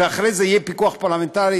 ואחרי זה יהיה פיקוח פרלמנטרי?